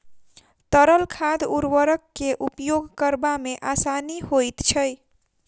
तरल खाद उर्वरक के उपयोग करबा मे आसानी होइत छै